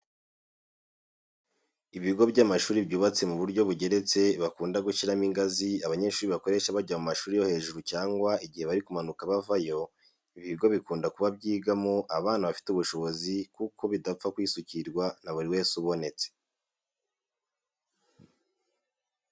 Ibigo by'amashuri byubatse mu buryo bugeretse bakunda gushyiramo ingazi abanyeshuri bakoresha bajya mu mashuri yo hejuru cyangwa igihe bari kumanuka bavayo. Ibi bigo bikunda kuba byigamo abana bafite ubushobozi kuko bidapfa kwisukirwa na buri wese ubonetse.